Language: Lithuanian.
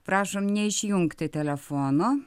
prašom neišjungti telefono